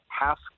half